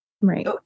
Right